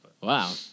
Wow